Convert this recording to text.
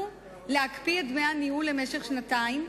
להקפיא את דמי הניהול למשך שנתיים,